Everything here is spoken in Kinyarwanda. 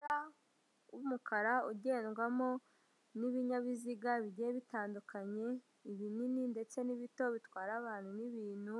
Umuhanda w'umukara ugendwamo n'ibinyabiziga bigiye bitandukanye, ibinini ndetse n'ibito bitwara abantu n'ibintu,